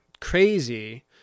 crazy